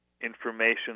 information